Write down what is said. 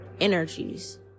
energies